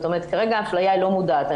זאת אומרת כרגע האפליה היא לא מודעת,